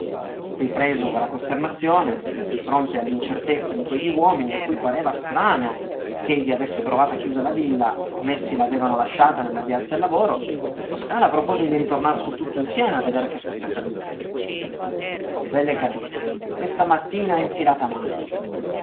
ripreso dalla costernazione di fronte all'incertezza di quegli uomini a cui pareva strano ch'egli avesse trovata chiusa la villa com'essi la avevano lasciata nell'avviarsi al lavoro lo scala propose di ritornar su tutti insieme a vedere che fosse accaduto ho bell'e capito questa mattina è infilata male